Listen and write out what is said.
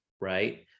right